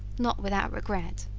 not without regret.